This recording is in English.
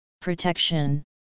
protection